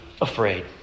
afraid